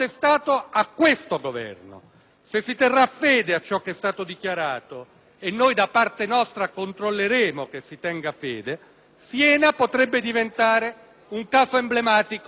Se si terrà fede a ciò che è stato dichiarato - e noi da parte nostra controlleremo che si tenga fede - Siena potrebbe diventare un caso emblematico per tutta l'università italiana.